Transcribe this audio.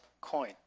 coin